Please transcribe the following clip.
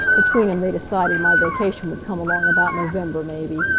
between em, they decided my vacation would come along about november, maybe.